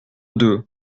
deux